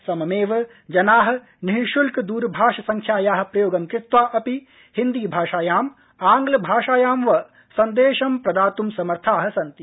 सममेव जनाः निःश्ल्क संख्यायाः दर्भाष प्रयोगं कृत्वा अपि हिन्दी भाषायाम् आंग्लभाषायां वा सन्देशं प्रदात् समर्थाः सन्ति